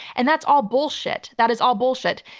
and that's all bullshit. that is all bullshit.